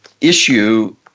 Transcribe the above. issue